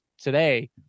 today